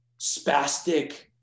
spastic